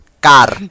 car